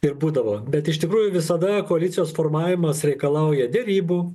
ir būdavo bet iš tikrųjų visada koalicijos formavimas reikalauja derybų